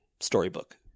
storybook